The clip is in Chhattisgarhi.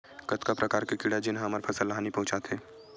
कतका प्रकार के कीड़ा जेन ह हमर फसल ल हानि पहुंचाथे?